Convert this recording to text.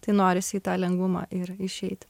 tai norisi į tą lengvumą ir išeiti